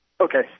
Okay